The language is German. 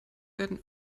wurden